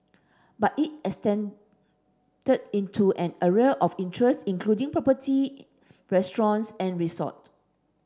but it expanded into an array of interests including property restaurants and resort